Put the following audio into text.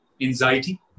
anxiety